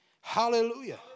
Hallelujah